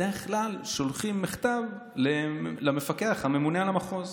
בדרך כלל שולחים מכתב למפקח הממונה על המחוז.